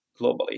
globally